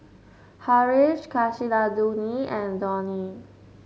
Haresh Kasinadhuni and Dhoni